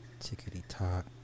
tickety-tock